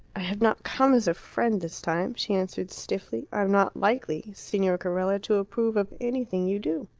i have not come as a friend this time, she answered stiffly. i am not likely, signor carella, to approve of anything you do.